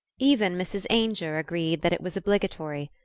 even mrs. ainger agreed that it was obligatory.